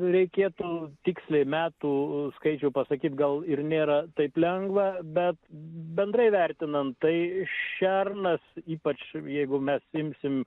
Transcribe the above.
reikėtų tiksliai metų skaičių pasakyt gal ir nėra taip lengva bet bendrai vertinant tai šernas ypač jeigu mes imsim